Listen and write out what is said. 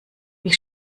ich